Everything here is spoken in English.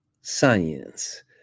science